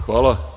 Hvala.